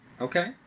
Okay